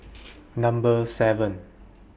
Number seven